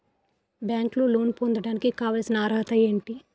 బ్యాంకులో లోన్ పొందడానికి కావాల్సిన అర్హత ఏంటి?